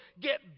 get